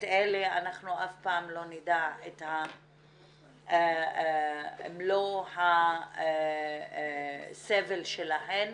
אלה, אנחנו אף פעם לא נדע את מלוא הסבל שלהן